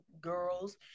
girls